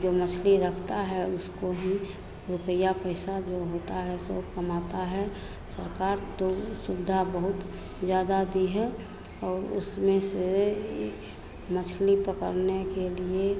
जो मछली रखता है उसको भी रुपया पैसा जो होता है सो कमाता है सरकार तो सुविधा बहुत ज़्यादा दी है और उसमें से यह मछली पकड़ने के लिए